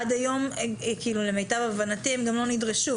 עד היום, למיטב הבנתי, הם גם לא נדרשו.